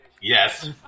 Yes